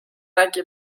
nägi